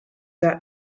that